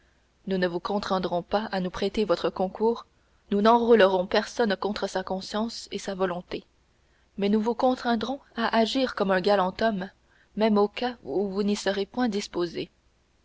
nous ne vous contraindrons pas à nous prêter votre concours nous n'enrôlerons personne contre sa conscience et sa volonté mais nous vous contraindrons à agir comme un galant homme même au cas où vous n'y seriez point disposé